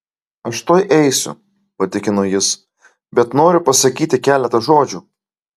aš tuoj eisiu patikino jis bet noriu pasakyti keletą žodžių